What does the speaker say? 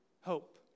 hope